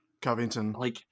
Covington